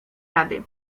rady